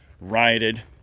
rioted